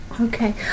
Okay